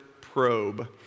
Probe